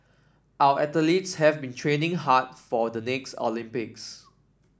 our athletes have been training hard for the next Olympics